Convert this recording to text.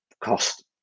cost